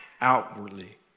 outwardly